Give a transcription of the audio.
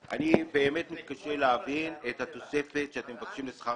אני באמת מתקשה להבין את התוספת שאתם מבקשים לשכר